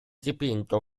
dipinto